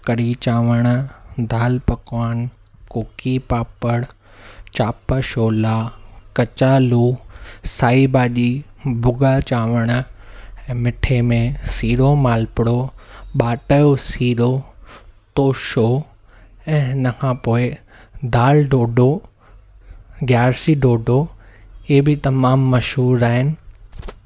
कढ़ी चांवरु दालि पकवान कोकी पापड़ चाप छोला कचालूं साई भाॼी भूग्आ चांवर ऐं मीठे में सीरो मालपुड़ो ॿाट जो सीरो तोशो ऐं हिन खां पोइ दालि ढोढो गयार्सी ढोढो ऐं बि तमामु मशहूर आहिनि